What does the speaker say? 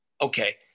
Okay